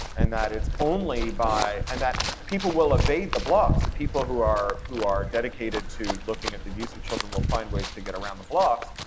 and that it's only by, and that people will evade the blocks, the people who are who are dedicated to looking at the abuse of children will find ways to get around the blocks.